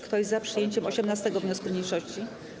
Kto jest za przyjęciem 18. wniosku mniejszości?